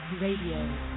Radio